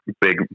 big